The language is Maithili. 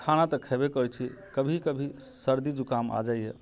खाना तऽ खयबे करै छी कभी कभी सर्दी जुकाम आ जाइए